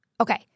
Okay